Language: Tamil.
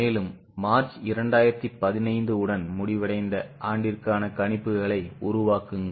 மேலும் மார்ச் 2015 உடன் முடிவடைந்த ஆண்டிற்கான கணிப்புகளை உருவாக்குங்கள்